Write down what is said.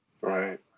Right